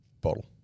bottle